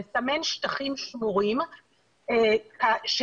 לסמן שטחים שמורים שבעצם